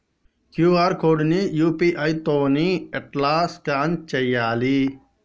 QR code ని UPI తోని ఎట్లా స్కాన్ చేయాలి?